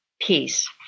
Peace